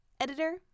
Editor